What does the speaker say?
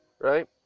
right